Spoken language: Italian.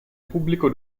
pubblico